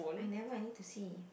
I never I need to see